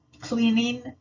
cleaning